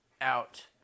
out